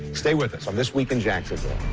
stay with us on this week in jacksonville.